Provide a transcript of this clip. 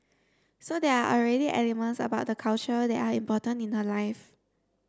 so there are already elements about the culture that are important in her life